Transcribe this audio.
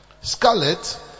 Scarlet